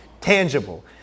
tangible